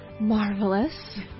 marvelous